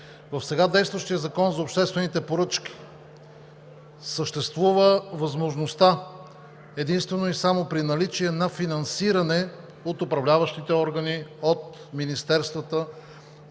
В сега действащия Закон за обществените поръчки съществува възможността единствено и само при наличие на финансиране от управляващите органи, от министерствата,